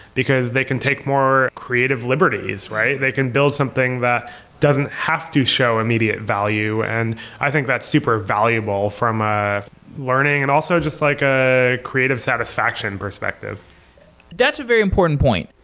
because they can take more creative liberties, right? they can build something that doesn't have to show immediate value. and i think that's super valuable from a learning and also just like a creative satisfaction perspective that's a very important point.